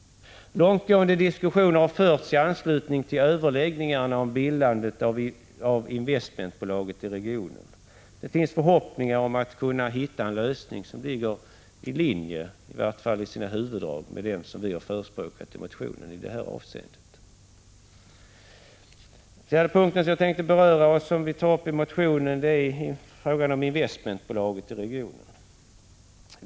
Långtgående diskussioner har förts i anslutning till överläggningarna om bildandet av ett investmentbolag i regionen. Det finns förhoppningar om att man skall kunna hitta en lösning, som ligger i linje, i varje fall i sina huvuddrag, med vårt förslag i motionen. Den fjärde punkten i motionen gäller just frågan om inrättande av ett investmentbolag i regionen.